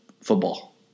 football